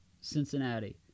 Cincinnati